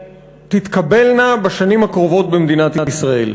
שתתקבלנה בשנים הקרובות במדינת ישראל.